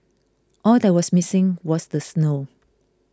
all that was missing was the snow